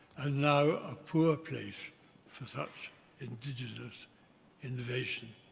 and now a poor place for such indigenous innovation.